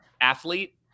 athlete